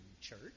church